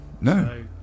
No